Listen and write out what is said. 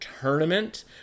tournament